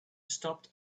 stopped